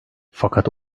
fakat